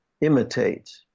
imitate